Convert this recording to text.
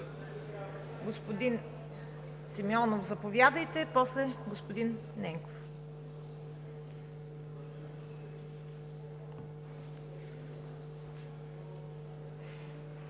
Господин Симеонов, заповядайте. После господин Ненков.